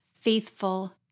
faithful